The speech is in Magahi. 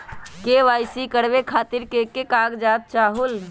के.वाई.सी करवे खातीर के के कागजात चाहलु?